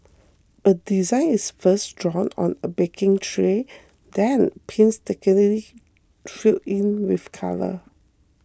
a design is first drawn on a baking tray then painstakingly filled in with colour